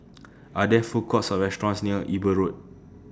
Are There Food Courts Or restaurants near Eber Road